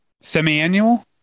semi-annual